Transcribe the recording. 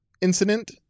incident